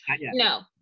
No